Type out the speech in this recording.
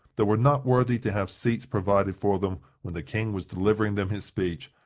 that were not worthy to have seats provided for them when the king was delivering them his speech,